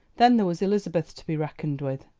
then there was elizabeth to be reckoned with.